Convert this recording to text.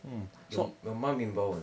your your mum involved